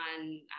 on